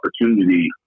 opportunity